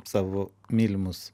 savo mylimus